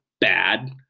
bad